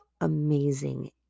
amazing